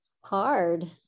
hard